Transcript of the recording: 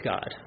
God